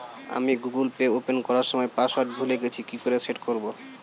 আমি Google Pay open করার সময় পাসওয়ার্ড ভুলে গেছি কি করে সেট করব?